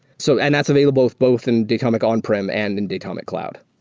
so and that's available both in datomic on-prem and in datomic cloud.